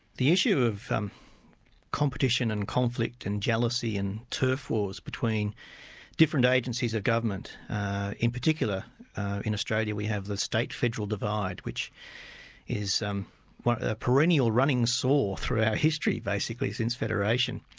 the issue of um competition and conflict and jealousy and turf wars between different agencies of government in particular in australia, we have the state-federal divide, which is um a perennial running sore through our history, basically, since federation.